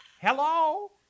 hello